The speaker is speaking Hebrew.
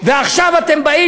ועכשיו אתם באים?